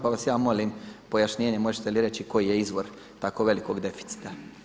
Pa vas ja molim pojašnjenje, možete li reći koji je izvor tako velikog deficita?